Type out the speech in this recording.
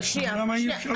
למה אי אפשר לקבל תשובה?